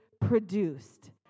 produced